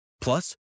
Plus